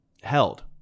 held